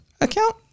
account